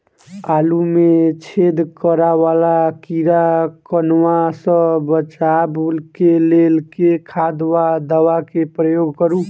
आलु मे छेद करा वला कीड़ा कन्वा सँ बचाब केँ लेल केँ खाद वा दवा केँ प्रयोग करू?